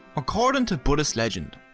according to buddhist legend,